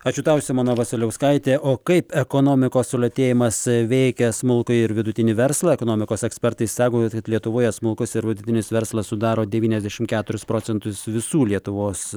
ačiū tau simona vasiliauskaitė o kaip ekonomikos sulėtėjimas veikia smulkųjį ir vidutinį verslą ekonomikos ekspertai sako kad lietuvoje smulkus ir vidutinis verslas sudaro devyniasdešim keturis procentus visų lietuvos